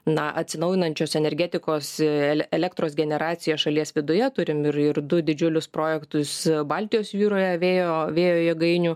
na atsinaujinančios energetikos ele elektros generacija šalies viduje turim ir ir du didžiulius projektus baltijos jūroje vėjo vėjo jėgainių